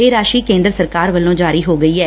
ਇਹ ਰਾਸ਼ੀ ਕੇਂਦਰ ਸਰਕਾਰ ਵੱਲੋਂ ਜਾਰੀ ਹੋ ਗਈ ਐ